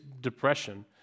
depression